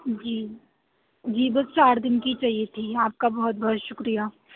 جی جی بس چار دِن کی ہی چاہیے تھی آپ کا بہت بہت شُکریہ